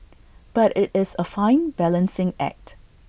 but IT is A fine balancing act